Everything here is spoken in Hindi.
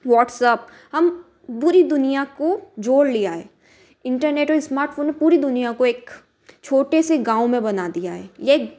व्होट्सअप हम पूरी दुनिया को जोड़ लिया है इंटरनेट और स्मार्टफोन ने पूरी दुनिया को एक छोटे से गाँव में बना दिया है